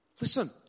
listen